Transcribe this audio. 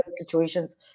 situations